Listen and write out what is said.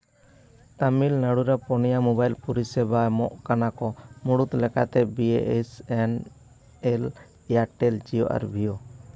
ᱛᱟᱹᱢᱤᱞᱱᱟᱹᱲᱩ ᱨᱮ ᱯᱳᱱᱭᱟ ᱢᱳᱵᱟᱭᱤᱞ ᱯᱚᱨᱤᱥᱮᱵᱟ ᱮᱢᱚᱜ ᱠᱟᱱᱟ ᱠᱚ ᱢᱩᱬᱩᱫ ᱞᱮᱠᱟᱛᱮ B S N L Airtel Jio ᱟᱨ ᱵᱷᱤᱭᱳ